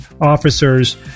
officers